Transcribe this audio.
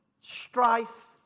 strife